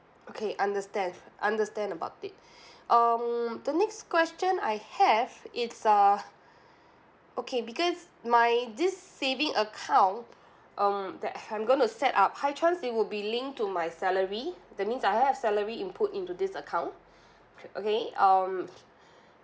okay understand understand about it um the next question I have is uh okay because my this saving account um that I'm going to set up high chance it will be linked to my salary that means I have a salary input into this account okay um